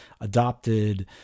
adopted